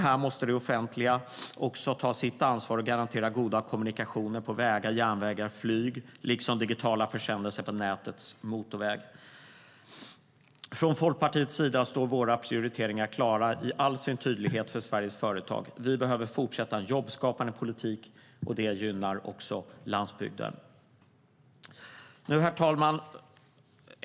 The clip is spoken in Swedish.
Här måste det offentliga också ta sitt ansvar och garantera goda kommunikationer på vägar, järnvägar och flyg liksom för digitala försändelser på nätets motorväg. Herr talman!